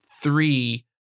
Three